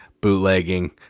bootlegging